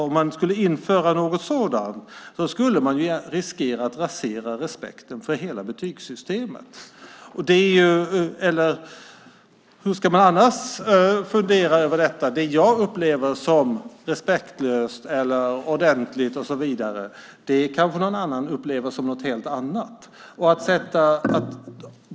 Om man skulle införa något sådant skulle man riskera att rasera respekten för hela betygssystemet. Hur ska man annars fundera över detta? Det jag upplever som respektlöst eller ordentligt kanske någon annan upplever som något helt annat.